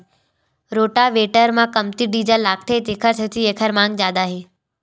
rotavator म कमती diesel लागथे तेखर सेती एखर मांग जादा हे